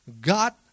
God